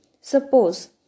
Suppose